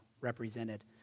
represented